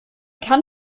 kann